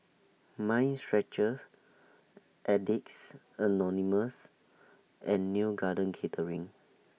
Mind Stretcher Addicts Anonymous and Neo Garden Catering